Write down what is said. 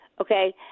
okay